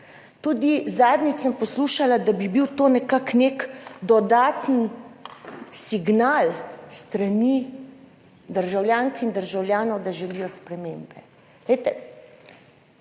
Tudi zadnjič sem poslušala, da bi bil to nekako nek dodaten signal s strani državljank in državljanov, da želijo spremembe.